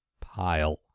pile